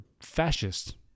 fascist